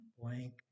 blank